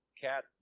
cat